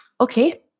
okay